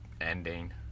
ending